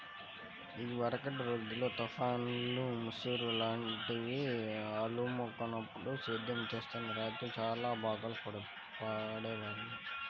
ఇదివరకటి రోజుల్లో తుఫాన్లు, ముసురు లాంటివి అలుముకున్నప్పుడు సేద్యం చేస్తున్న రైతులు చానా బాధలు పడేవాళ్ళు